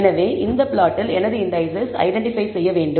எனவே இந்த பிளாட்டில் எனது இண்டீசெஸ் ஐடென்டிபை செய்ய வேண்டும்